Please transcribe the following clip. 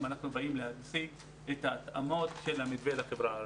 אנחנו באים להציג את ההתאמות של המתווה לחברה הערבית.